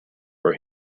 for